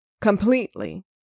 completely